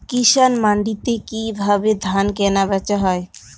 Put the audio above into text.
কৃষান মান্ডিতে কি ভাবে ধান কেনাবেচা হয়?